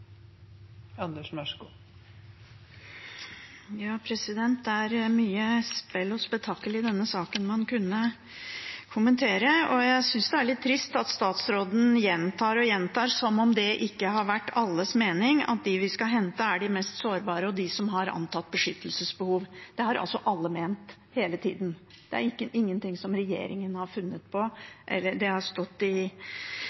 litt trist at statsråden gjentar og gjentar, som om det ikke har vært alles mening at de vi skal hente, er de mest sårbare og de som har et antatt beskyttelsesbehov. Det har alle ment hele tida. Det er ikke noe som regjeringen har funnet på.